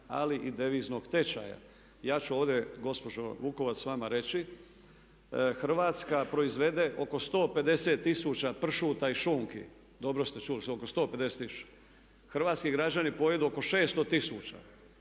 ali i deviznog tečaja. Ja ću ovdje gospođo Vukovac vama reći, Hrvatska proizvede oko 150 tisuća pršuta i šunki, dobro ste čuli, oko 150 tisuća. Hrvatski građani pojedu oko 600 tisuća.